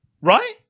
Right